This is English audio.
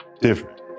different